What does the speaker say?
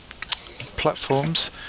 platforms